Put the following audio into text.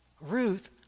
Ruth